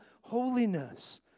holiness